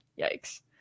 Yikes